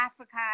africa